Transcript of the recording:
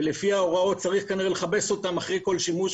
לפי ההוראות צריך כנראה לכבס אותן אחרי כל שימוש,